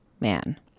man